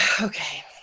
Okay